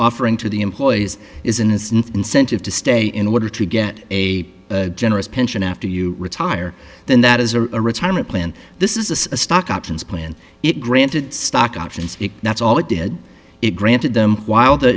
offering to the employees is innocent incentive to stay in order to get a generous pension after you retire then that is a retirement plan this is a stock options plan it granted stock options that's all it did it granted them while the